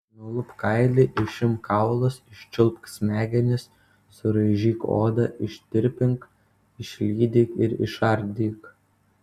nulupk kailį išimk kaulus iščiulpk smegenis suraižyk odą ištirpink išlydyk ir išardyk